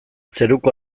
zeruko